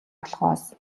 болохоос